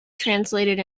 translated